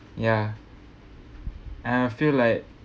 ya I feel like